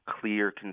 clear